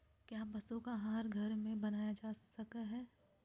क्या पशु का आहार घर में बनाया जा सकय हैय?